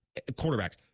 quarterbacks